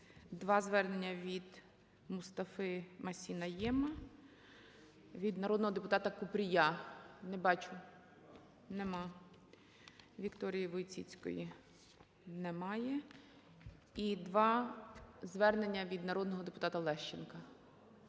Два звернення від Мустафи-Масі Найєма. Від народного депутата Купрія. Не бачу. Немає. Вікторії Войціцької немає. І два звернення від народного депутата Лещенка.